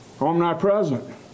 omnipresent